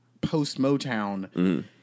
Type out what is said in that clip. post-Motown